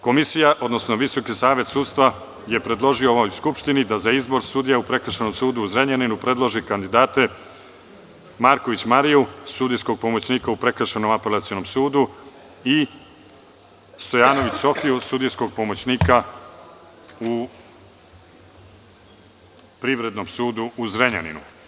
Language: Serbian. Komisija, odnosno Visoki savet sudstva je predložio ovoj Skupštini da za izbor sudija u Prekršajnom sudu u Zrenjaninu predloži kandidate Marković Mariju, sudijskog pomoćnika u Prekršajnom apelacionom sudu i Stojanović Sofiju, sudijskog pomoćnika u Privrednom sudu u Zrenjaninu.